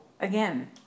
again